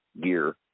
gear